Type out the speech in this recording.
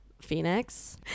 Phoenix